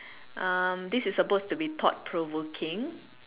uh this is supposed to be thought provoking